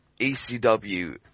ECW